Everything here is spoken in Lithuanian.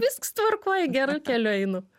visks tvarkoj geru keliu einu